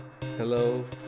Hello